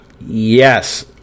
yes